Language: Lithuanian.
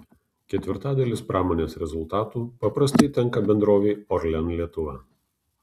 ketvirtadalis pramonės rezultatų paprastai tenka bendrovei orlen lietuva